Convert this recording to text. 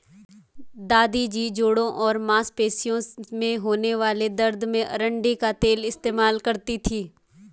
दादी जी जोड़ों और मांसपेशियों में होने वाले दर्द में अरंडी का तेल इस्तेमाल करती थीं